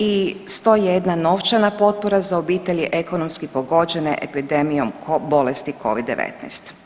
I 101 novčana potpora za obitelji ekonomski pogođene epidemijom bolesti Covid-19.